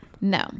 No